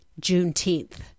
Juneteenth